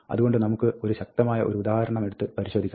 അതുകൊണ്ട് നമുക്ക് ഒരു ശക്തമായ ഒരു ഉദാഹരണമെടുത്ത് പരിശോധിക്കാം